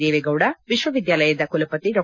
ದೇವೆಗೌಡ ವಿಶ್ವವಿದ್ದಾಲಯದ ಕುಲಪತಿ ಡಾ